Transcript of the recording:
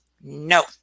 No